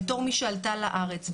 בתור מי שעלתה לארץ,